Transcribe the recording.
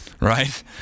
right